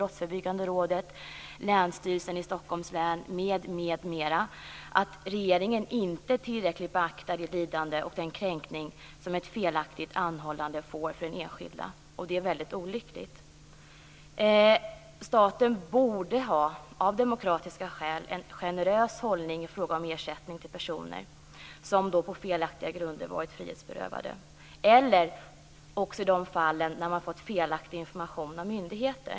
Brottsförebyggande rådet och Länsstyrelsen i Stockholms län m.fl. att regeringen inte tillräckligt beaktar det lidande och den kränkning som ett felaktigt anhållande innebär för den enskilda. Det är väldigt olyckligt. Staten borde av demokratiska skäl ha en generös hållning i fråga om ersättning till personer som på felaktiga grunder varit frihetsberövade. Detsamma gäller de fall där man har fått felaktig information av myndigheter.